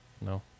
No